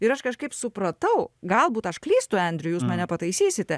ir aš kažkaip supratau galbūt aš klystu andrew jūs mane pataisysite